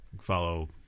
follow